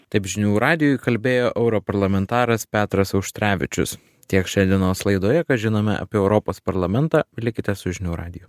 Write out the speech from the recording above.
taip žinių radijui kalbėjo europarlamentaras petras auštrevičius tiek šiandienos laidoje ką žinome apie europos parlamentą likite su žinių radiju